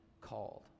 called